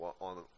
on